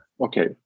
Okay